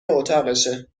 اتاقشه